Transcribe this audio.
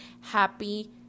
happy